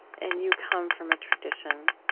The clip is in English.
and you come from a tradition,